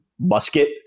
musket